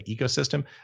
ecosystem